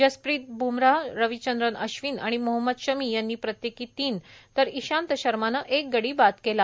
जसप्रित ब्मराह रविचंद्रन अश्विन आणि मोहम्मद शमी यांनी प्रत्येकी तीन तर इशांत शर्मानं एक गडी बाद केला